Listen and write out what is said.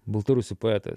baltarusių poetas